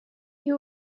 you